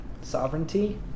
sovereignty